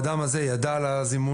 האדם הזה ידע על הזימון.